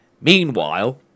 Meanwhile